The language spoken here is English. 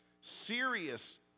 Serious